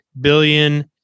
billion